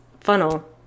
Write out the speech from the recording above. funnel